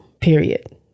period